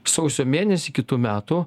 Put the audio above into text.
sausio mėnesį kitų metų